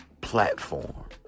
platform